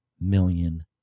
million